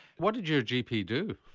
what did your gp do?